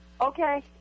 Okay